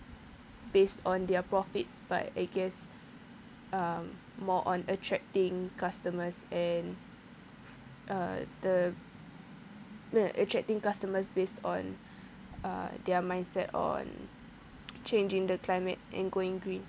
based on their profits but I guess um more on attracting customers and uh the attracting customers based on uh their mindset on changing the climate and going green